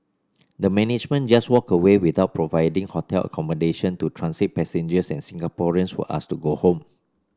the management just walked away without providing hotel accommodation to transit passengers and Singaporeans were asked to go home